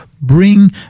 bring